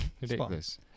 Ridiculous